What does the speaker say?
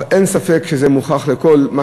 אבל אין ספק שזה מוכח לכול,